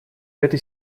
этой